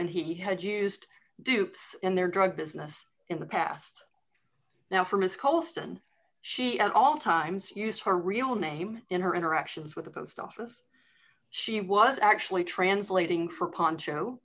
and he had used dupes in their drug business in the past now from his colston she at all times used her real name in her interactions with the post office she was actually translating for poncho